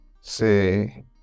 say